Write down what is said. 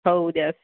हो उद्या